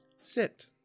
Sit